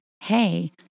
hey